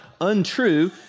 untrue